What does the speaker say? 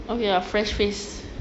okay lah fresh face